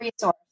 resource